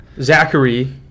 Zachary